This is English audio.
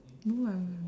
no ah